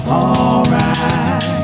alright